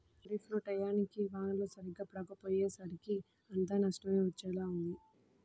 ఖరీఫ్ లో టైయ్యానికి వానలు సరిగ్గా పడకపొయ్యేసరికి అంతా నష్టమే వచ్చేలా ఉంది